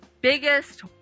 biggest